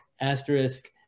asterisk